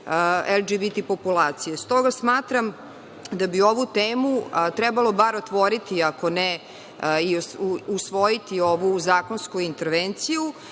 LGBT populacije. Stoga smatram da bi ovu temu trebalo bar otvoriti, ako ne i usvojiti ovu zakonsku intervenciju,